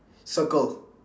circle